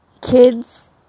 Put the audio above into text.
kids